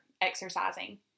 exercising